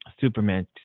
Superman